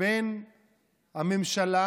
בין הממשלה,